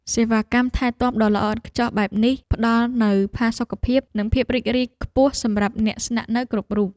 សេវាកម្មថែទាំដ៏ល្អឥតខ្ចោះបែបនេះផ្តល់នូវផាសុកភាពនិងភាពរីករាយខ្ពស់សម្រាប់អ្នកស្នាក់នៅគ្រប់រូប។